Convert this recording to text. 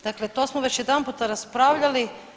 Dakle, to smo već jedan puta raspravljali.